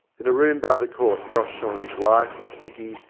in a room by the court josh saw his wife, dicky,